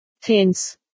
hence